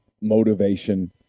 motivation